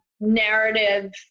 narrative